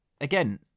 again